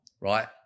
right